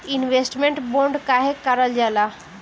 Investment bond काहे कारल जाला?